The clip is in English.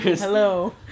Hello